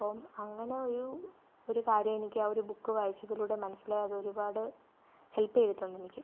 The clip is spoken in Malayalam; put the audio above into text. അപ്പം അങ്ങനെ ഒരു ഒരു കാര്യം എനിക്ക് ആ ഒരു ബുക്ക് വായിച്ചതിലൂടെ മനസ്സിലായി അതൊരുപാട് ഹെൽപ്പ് ചെയ്തിട്ടുണ്ട് എനിക്ക്